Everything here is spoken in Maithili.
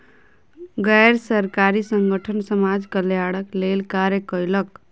गैर सरकारी संगठन समाज कल्याणक लेल कार्य कयलक